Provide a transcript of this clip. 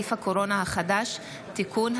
נגיף הקורונה החדש) (תיקון),